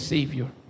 Savior